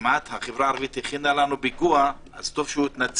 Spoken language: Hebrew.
כמעט החברה הערבית הכינה לנו פיגוע, טוב שהתנצל